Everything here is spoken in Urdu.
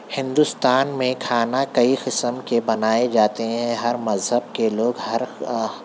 ہندوستان میں کھانا کئی قسم کے بنائے جاتے ہیں ہر مذہب کے لوگ ہر